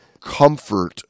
comfort